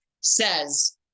says